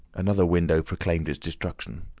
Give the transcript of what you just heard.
another window proclaimed its destruction.